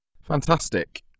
Fantastic